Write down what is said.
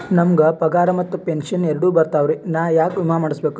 ನಮ್ ಗ ಪಗಾರ ಮತ್ತ ಪೆಂಶನ್ ಎರಡೂ ಬರ್ತಾವರಿ, ನಾ ಯಾಕ ವಿಮಾ ಮಾಡಸ್ಬೇಕ?